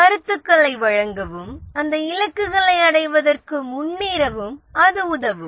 கருத்துக்களை வழங்கவும் அந்த இலக்குகளை அடைவதற்கு முன்னேறவும் அது உதவும்